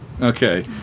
Okay